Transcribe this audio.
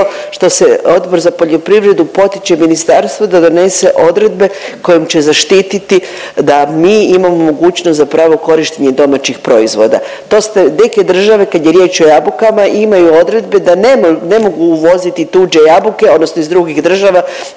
što se, Odbor za poljoprivredu potiče ministarstvo da donese odredbe kojom će zaštiti da mi imamo mogućnost zapravo korištenje domaćih proizvoda. To ste, neke države kad je riječ o jabukama imaju odredbe da ne mogu uvoziti tuđe jabuke odnosno iz drugih država